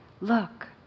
look